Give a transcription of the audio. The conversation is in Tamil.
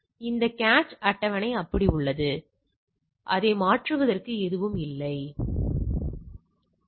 எனவே நாம் எக்செல்லையும் பயன்படுத்தமுடியும் 85 15 மற்றும் 75 25 75 25